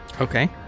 Okay